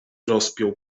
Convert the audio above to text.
rozpiął